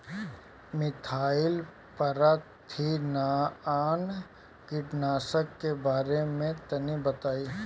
Methyl parathion कीटनाशक के बारे में तनि बताई?